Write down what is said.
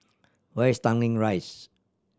where is Tanglin Rise